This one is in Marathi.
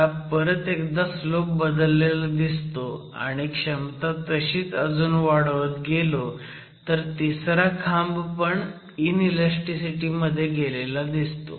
आता परत एकदा स्लोप बदललेला दिसतो आणि क्षमता तशीच अजून वाढवत गेलो तर तिसरा खांब पण इनईलॅस्टीसिटी मध्ये गेलेला असतो